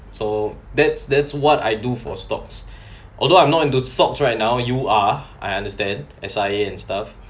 so that's that's what I do for stocks although I'm not into stocks right now you are I understand S_I_A and stuff